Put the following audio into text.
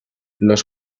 los